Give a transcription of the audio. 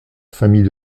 famille